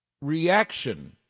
reaction